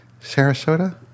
Sarasota